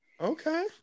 Okay